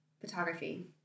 photography